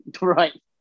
Right